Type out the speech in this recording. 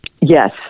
Yes